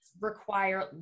require